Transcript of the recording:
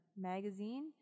Magazine